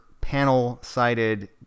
panel-sided